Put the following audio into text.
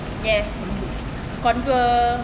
yes contour